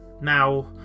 now